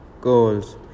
goals